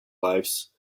lives